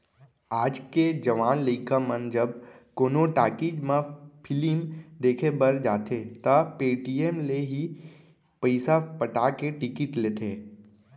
आज के जवान लइका मन जब कोनो टाकिज म फिलिम देखे बर जाथें त पेटीएम ले ही पइसा पटा के टिकिट लेथें